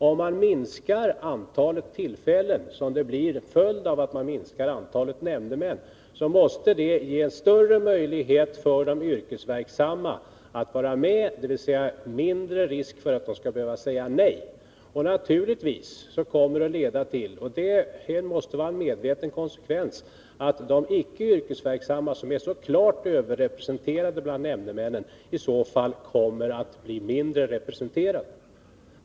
Om man minskar antalet tillfällen, vilket blir följden av att man minskar antalet nämndemän, måste det ge större möjlighet för de yrkesverksamma att vara med, dvs. mindre risk för att de skall behöva säga nej. Naturligtvis kommer det att leda till — det måste vara en medveten konsekvens — att de icke yrkesverksamma, som är så klart överrepresenterade bland nämndemännen, i så fall kommer att bli mindre representerade.